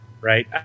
right